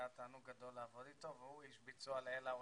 היה תענוג גדול לעבוד אתו והוא איש ביצוע לעילא ולעילא.